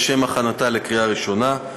לשם הכנתה לקריאה ראשונה.